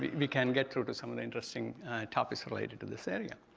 we can get through to some of the interesting topics related to this area.